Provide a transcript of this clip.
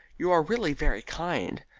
you are really very kind.